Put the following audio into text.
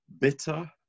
Bitter